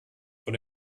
vor